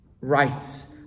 rights